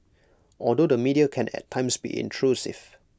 although the media can at times be intrusive